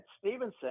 Stevenson